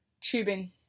Tubing